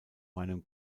meinem